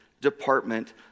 department